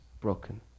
broken